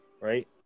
Right